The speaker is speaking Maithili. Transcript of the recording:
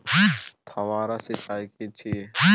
फव्वारा सिंचाई की छिये?